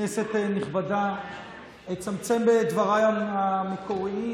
כנסת נכבדה, אצמצם בדבריי המקוריים